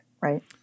right